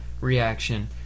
reaction